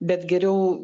bet geriau